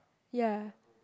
ya